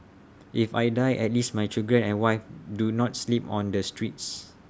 if I die at least my children and wife do not sleep on the streets